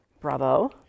Bravo